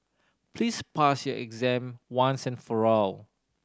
please pass your exam once and for all